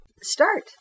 Start